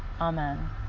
Amen